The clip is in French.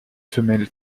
femelle